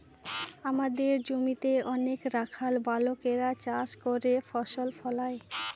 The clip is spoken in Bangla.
আমাদের জমিতে অনেক রাখাল বালকেরা চাষ করে ফসল ফলায়